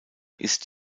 ist